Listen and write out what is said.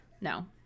No